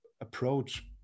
approach